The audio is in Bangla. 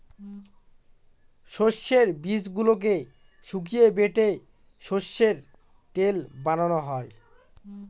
সর্ষের বীজগুলোকে শুকিয়ে বেটে সর্ষের তেল বানানো হয়